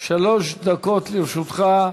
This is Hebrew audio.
שלוש דקות לרשותך,